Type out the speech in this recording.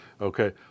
okay